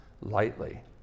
lightly